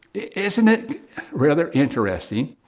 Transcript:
isn't it rather interesting,